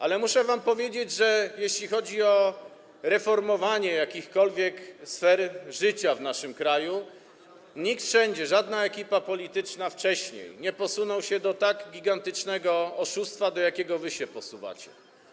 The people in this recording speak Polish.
Ale muszę wam powiedzieć, że jeśli chodzi o reformowanie jakichkolwiek sfer życia w naszym kraju, nikt nigdzie, żadna ekipa polityczna, wcześniej nie posunął się do tak gigantycznego oszustwa, do jakiego wy się posuwacie.